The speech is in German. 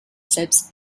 selbst